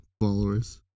followers